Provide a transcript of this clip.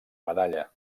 medalla